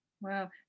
Wow